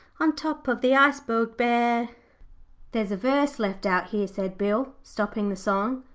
on top of the iceberg bare there's a verse left out here said bill, stopping the song,